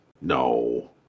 No